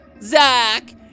Zach